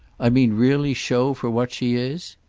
i mean really show for what she is?